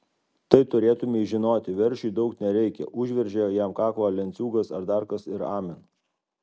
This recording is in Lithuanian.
tai turėtumei žinoti veršiui daug nereikia užveržė jam kaklą lenciūgas ar dar kas ir amen